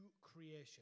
creation